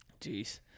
Jeez